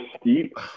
steep